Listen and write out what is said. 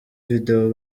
video